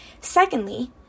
Secondly